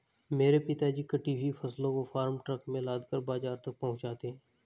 मेरे पिताजी कटी हुई फसलों को फार्म ट्रक में लादकर बाजार तक पहुंचाते हैं